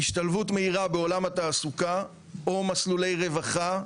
השתלבות מהירה בעולם התעסוקה או מסלולי רווחה,